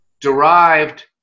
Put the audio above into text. derived